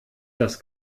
das